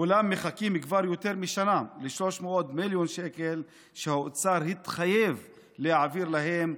כולם מחכים כבר יותר משנה ל-300 מיליון שקל שהאוצר התחייב להעביר להם,